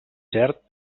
cert